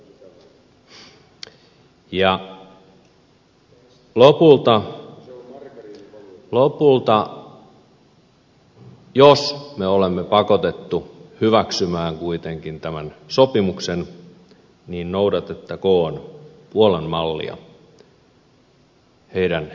ja lopulta jos me olemme kuitenkin pakotettuja hyväksymään tämän sopimuksen noudatettakoon puolan mallia heidän ehtojensa mukaisesti